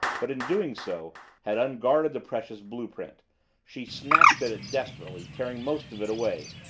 but in doing so had unguarded the precious blue-print she snatched at it desperately, tearing most of it away,